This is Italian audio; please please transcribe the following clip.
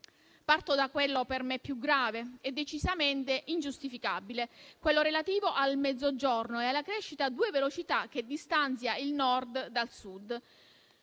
Parto da quella per me più grave e decisamente ingiustificabile: la tematica relativa al Mezzogiorno e alla crescita a due velocità che distanzia il Nord dal Sud.